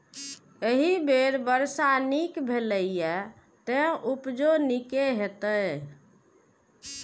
एहि बेर वर्षा नीक भेलैए, तें उपजो नीके हेतै